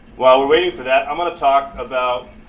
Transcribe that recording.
well we're waiting for that i'm going to talk about